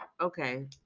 okay